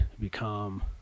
Become